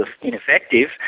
Ineffective